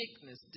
sickness